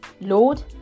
Lord